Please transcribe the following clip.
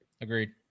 Agreed